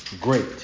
great